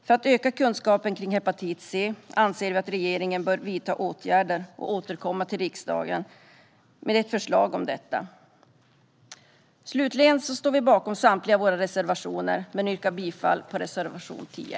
För att öka kunskapen om hepatit C anser vi att regeringen bör vidta åtgärder och återkomma till riksdagen med ett förslag om detta. Slutligen står vi bakom samtliga våra reservationer. Men jag yrkar bifall endast till reservation 10.